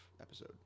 episode